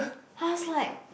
I was like